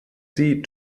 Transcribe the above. sie